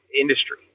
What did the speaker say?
industry